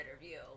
interview